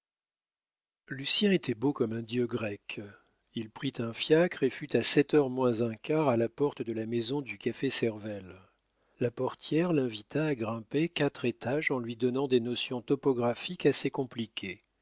lucien était beau comme un dieu grec il prit un fiacre et fut à sept heures moins un quart à la porte de la maison du café servel la portière l'invita à grimper quatre étages en lui donnant des notions topographiques assez compliquées